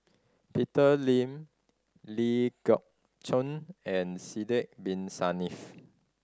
Peter Lee Ling Geok Choon and Sidek Bin Saniff